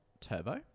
turbo